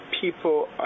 people